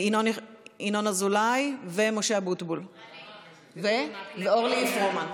ינון אזולאי, משה אבוטבול ואורלי פרומן